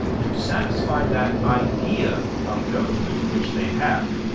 to satisfy that idea of government which they have.